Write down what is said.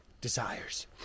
desires